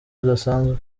budasanzwe